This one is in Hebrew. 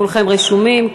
כולכם רשומים.